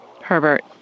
Herbert